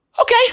okay